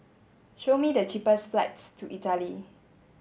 show me the cheapest flights to Italy